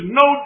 no